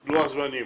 בבקשה, לוח זמנים.